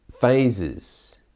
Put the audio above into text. phases